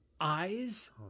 eyes